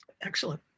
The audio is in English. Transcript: Excellent